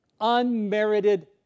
unmerited